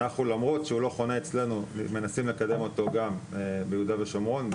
אנחנו למרות שהוא לא חונה אצלנו מנסים לקדם אותו גם ביהודה ושומרון,